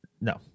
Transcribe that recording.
no